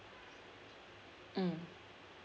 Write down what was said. mm